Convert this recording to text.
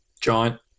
Giant